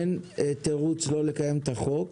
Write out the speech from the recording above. אין תירוץ לא לקיים את החוק.